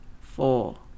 four